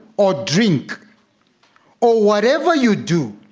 or drink or whatever you do